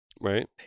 Right